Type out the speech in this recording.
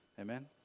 Amen